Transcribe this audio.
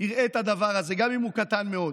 יראה את הדבר הזה, גם אם הוא קטן מאוד?